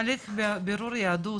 הליך בירור יהדות,